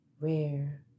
rare